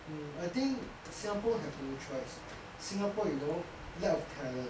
um I think singapore have no choice singapore you know lack of talent